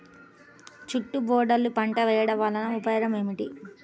చుట్టూ బోర్డర్ పంట వేయుట వలన ఉపయోగం ఏమిటి?